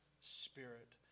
spirit